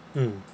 mm